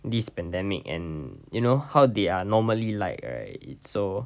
this pandemic and you know how they are normally like right it's so